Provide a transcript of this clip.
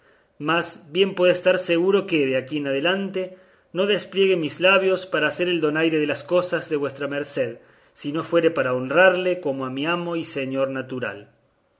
mas bien puede estar seguro que de aquí adelante no despliegue mis labios para hacer donaire de las cosas de vuestra merced si no fuere para honrarle como a mi amo y señor natural